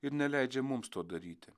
ir neleidžia mums to daryti